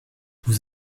vous